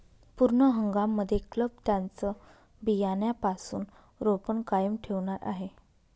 पूर्ण हंगाम मध्ये क्लब त्यांचं बियाण्यापासून रोपण कायम ठेवणार आहे